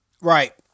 Right